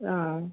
ആ